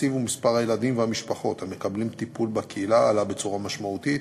התקציב ומספר הילדים והמשפחות המקבלים טיפול בקהילה עלו בצורה משמעותית,